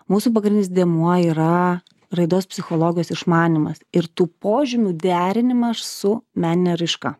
mūsų pagrindinis dėmuo yra raidos psichologijos išmanymas ir tų požymių derinimas su menine raiška